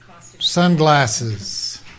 sunglasses